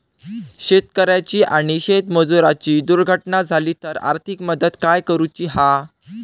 शेतकऱ्याची आणि शेतमजुराची दुर्घटना झाली तर आर्थिक मदत काय करूची हा?